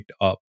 up